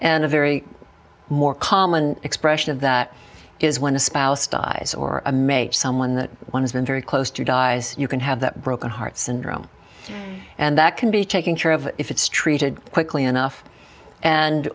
a very more common expression of that is when a spouse dies or a mate someone that one has been very close to dies you can have that broken heart syndrome and that can be taken care of if it's treated quickly enough and